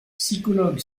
psychologue